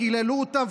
וקיללו אותן,